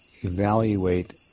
evaluate